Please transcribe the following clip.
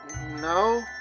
no